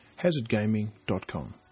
hazardgaming.com